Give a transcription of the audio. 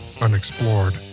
unexplored